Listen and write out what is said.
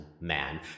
man